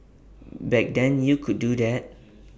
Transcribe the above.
back then you could do that